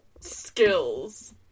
skills